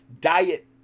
diet